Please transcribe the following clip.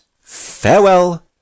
Farewell